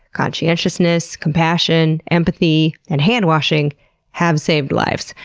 conscientiousness, compassion, empathy, and handwashing have saved lives.